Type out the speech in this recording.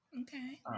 Okay